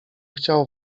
chciał